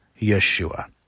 yeshua